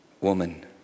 woman